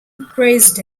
praised